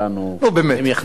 שהם יכניסו אותו לכלא.